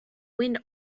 wind